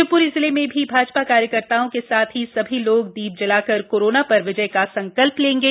शिवप्री जिले में भी भाजपा कार्यकर्ताओं के साथ ही सभी लोग दीप जलाकर कोरोना पर विजय का संकल्प लेंगे